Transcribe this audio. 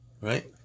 right